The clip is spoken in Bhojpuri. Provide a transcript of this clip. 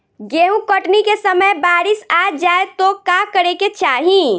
गेहुँ कटनी के समय बारीस आ जाए तो का करे के चाही?